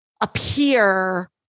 appear